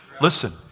Listen